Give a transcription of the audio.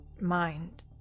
mind